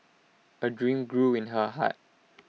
A dream grew in her heart